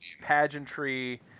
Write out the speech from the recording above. pageantry